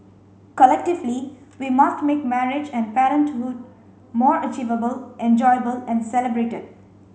collectively we must make marriage and parenthood more achievable enjoyable and celebrated